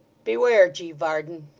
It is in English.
beware, g. varden